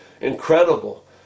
incredible